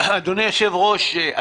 אדוני היושב-ראש,